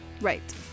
right